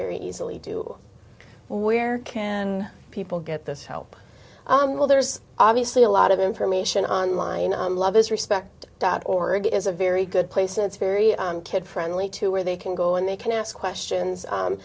very easily do where can people get this help well there's obviously a lot of information online on love is respect dot org is a very good place it's very kid friendly to where they can go and they can ask questions